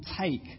take